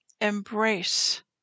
embrace